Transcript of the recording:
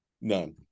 None